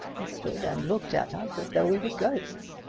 he stood and looked at us as though we were ghosts.